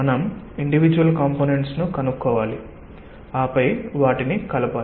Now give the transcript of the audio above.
మనం individual components ను కనుక్కోవాలి ఆపై వాటిని కలపాలి